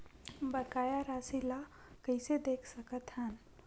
बकाया राशि ला कइसे देख सकत हान?